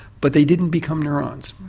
but they didn't become neurons.